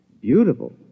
Beautiful